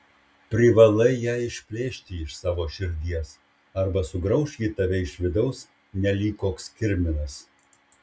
privalai ją išplėšti iš savo širdies arba sugrauš ji tave iš vidaus nelyg koks kirminas